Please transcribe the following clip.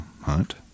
hunt